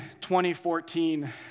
2014